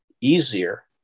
easier